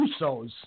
USOs